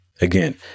Again